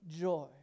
joy